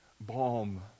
balm